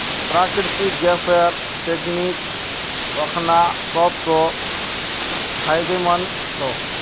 प्राकृतिक गैसेर ट्रेडिंग अखना सब स फायदेमंद छ